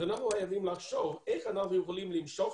אנחנו חייבים לחשוב איך אנחנו יכולים למשוך